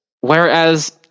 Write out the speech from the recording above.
Whereas